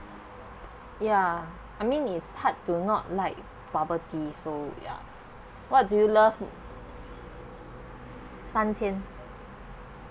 ya I mean it's hard to not like bubble tea so ya what do you love san qian